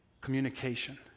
communication